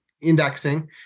indexing